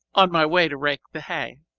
on my way to rake the hay.